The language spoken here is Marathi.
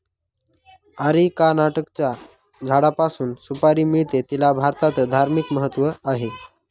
अरिकानटच्या झाडापासून सुपारी मिळते, तिला भारतात धार्मिक महत्त्व आहे